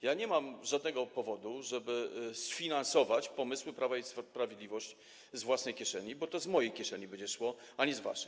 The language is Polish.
Ja nie mam żadnego powodu, żeby sfinansować pomysły Prawa i Sprawiedliwości z własnej kieszeni, bo to z mojej kieszeni będzie szło, a nie z waszej.